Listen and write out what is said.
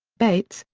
bates,